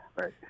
right